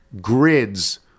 grids